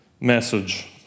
message